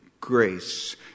grace